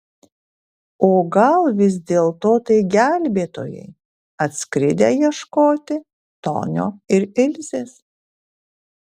o gal vis dėlto tai gelbėtojai atskridę ieškoti tonio ir ilzės